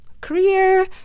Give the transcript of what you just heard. career